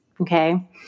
okay